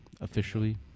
Officially